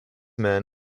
men